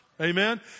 Amen